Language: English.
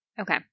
Okay